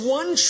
one